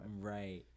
Right